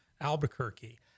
Albuquerque